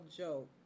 joke